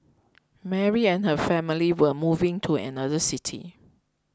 Mary and her family were moving to another city